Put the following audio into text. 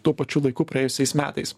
tuo pačiu laiku praėjusiais metais